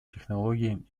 технологиям